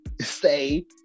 say